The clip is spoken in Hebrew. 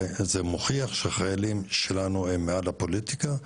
זה מוכיח שהחיילים שלנו הם מעל הפוליטיקה.